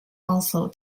also